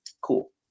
cool